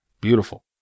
beautiful